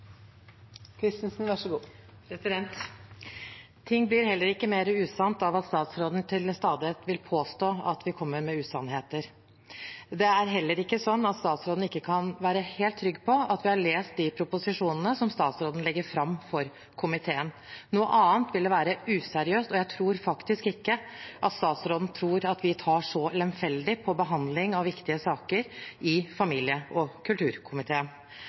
Ting blir heller ikke mer usanne av at statsråden til stadighet vil påstå at vi kommer med usannheter. Det er heller ikke sånn at statsråden ikke kan være helt trygg på at vi har lest de proposisjonene som statsråden legger fram for komiteen. Noe annet ville være useriøst, og jeg tror faktisk ikke statsråden tror at vi tar så lemfeldig på behandlingen av viktige saker i familie- og kulturkomiteen.